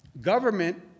Government